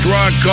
Rock